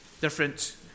different